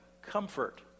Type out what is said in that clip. comfort